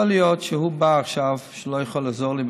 יכול להיות שהוא בא עכשיו והוא לא יכול לעזור לי,